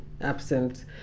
absent